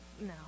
no